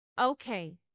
Okay